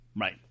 Right